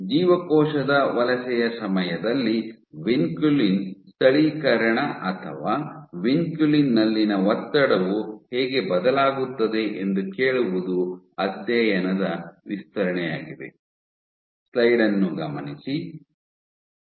ಜೀವಕೋಶದ ವಲಸೆಯ ಸಮಯದಲ್ಲಿ ವಿನ್ಕುಲಿನ್ ಸ್ಥಳೀಕರಣ ಅಥವಾ ವಿನ್ಕುಲಿನ್ ನಲ್ಲಿನ ಒತ್ತಡವು ಹೇಗೆ ಬದಲಾಗುತ್ತದೆ ಎಂದು ಕೇಳುವುದು ಅಧ್ಯಯನದ ವಿಸ್ತರಣೆಯಾಗಿದೆ